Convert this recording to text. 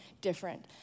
different